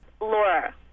Laura